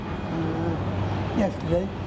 Yesterday